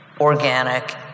organic